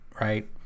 right